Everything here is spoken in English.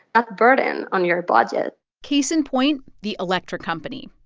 a burden on your budget case in point the electric company.